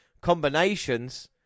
Combinations